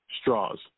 straws